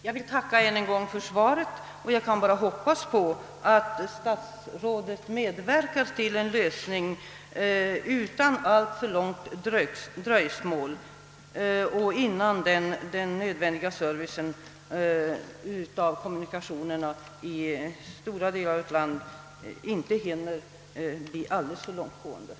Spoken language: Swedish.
Jag tackar för svaret och hoppas att statsrådet medverkar till en lösning av dessa problem innan den nödvändiga servicen i fråga om kommunikationer har försämrats alltför mycket.